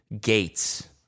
gates